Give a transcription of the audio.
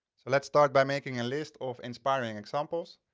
so let's start by making a list of inspiring examples.